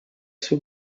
suo